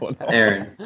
Aaron